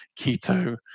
keto